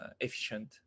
efficient